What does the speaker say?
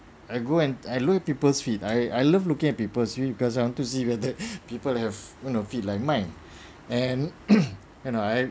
I go and I look people's feet I I love looking at people feet because you want to see whether people have you know feet like mine and and I